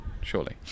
surely